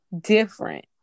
different